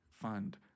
fund